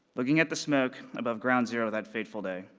looking at the smoke above ground zero that fateful day,